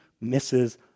misses